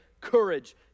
courage